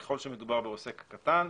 ככל שמדובר בעוסק קטן,